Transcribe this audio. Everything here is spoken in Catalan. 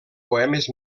poemes